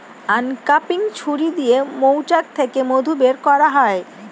uncapping ছুরি দিয়ে মৌচাক থেকে মধু বের করা হয়